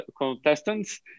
contestants